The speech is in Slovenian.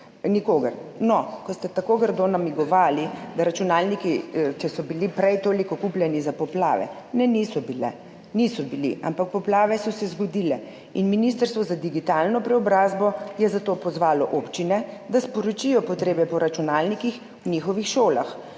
nikogar. No, ko ste tako grdo namigovali, da računalniki, če so bili prej toliko kupljeni za poplave. Ne, niso bili, ampak poplave so se zgodile in Ministrstvo za digitalno preobrazbo je zato pozvalo občine, da sporočijo potrebe po računalnikih v njihovih šolah,